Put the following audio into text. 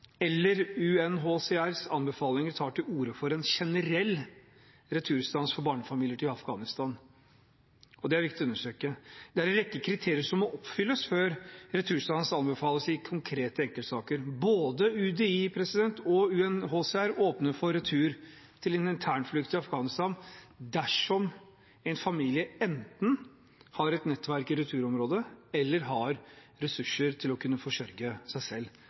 eller UNHCRs anbefalinger tar til orde for en generell returstans for barnefamilier til Afghanistan, og det er det viktig å understreke. Det er en rekke kriterier som må oppfylles før returstans anbefales i konkrete enkeltsaker. Både UDI og UNHCR åpner for retur til internflukt i Afghanistan dersom en familie enten har et nettverk i returområdet eller har ressurser til å kunne forsørge seg selv,